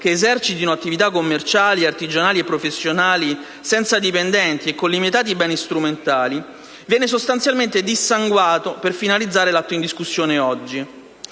che esercitino attività commerciali, artigianali e professionali senza dipendenti e con limitati beni strumentali, viene sostanzialmente dissanguato per finanziare il provvedimento oggi